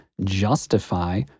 justify